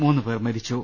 മൂന്നുപേർ മരിച്ചു